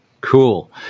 cool